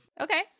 Okay